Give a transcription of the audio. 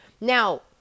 Now